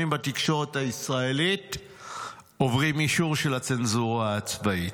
בתקשורת הישראלית עוברים אישור של הצנזורה הצבאית.